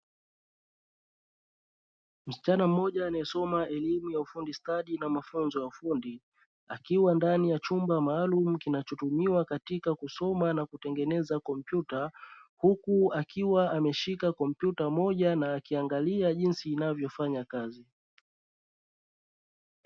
Msichana mmoja anaye soma elimu ya ufundi stadi na mafunzo ya ufundi akiwa ndani ya chumba maalumu kinachotumiwa katika kusoma na kutengeneza kompyuta huku akiwa ameshika kompyuta moja na akiangalia jinsi inavyofanya kazi.